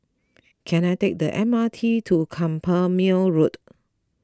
can I take the M R T to Carpmael Road